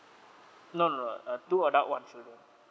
no no no uh two adult one children